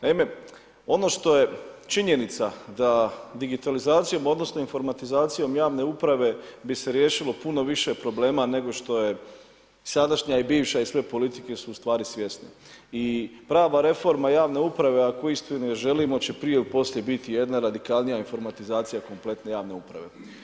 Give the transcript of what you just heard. Naime, ono što je činjenica da digitalizacijom odnosno informatizacijom javne uprave bi se riješilo puno više problema nego što je sadašnja i bivša i sve politike su ustvari svjesne i prava reforma javne uprave ako uistinu želimo će prije ili poslije biti jedna radikalnija informatizacija kompletne javne uprave.